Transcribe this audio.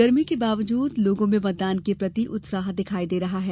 गर्मी के बावजूद लोगों में मतदान के प्रति उत्साह दिखाई दे रहा है